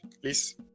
please